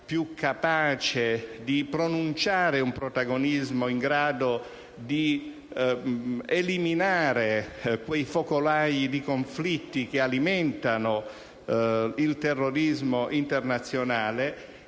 più capace di pronunciare un protagonismo in grado di eliminare quei focolai di conflitto che alimentano il terrorismo internazionale